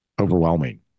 overwhelming